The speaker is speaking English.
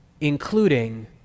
including